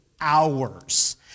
hours